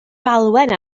falwen